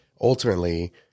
Ultimately